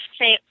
say